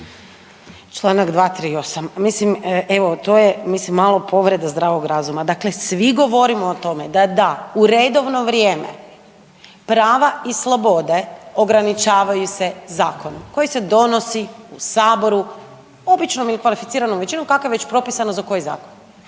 Članak 238., mislim evo to je mislim malo povreda zdravog razuma. Dakle, svi govorimo to o tome da da u redovno vrijeme prava i slobode ograničavaju se zakonom koji se donosi u saboru običnom i kvalificiranom kako je već propisano za koji zakon.